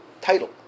title